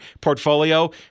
portfolio